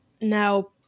Now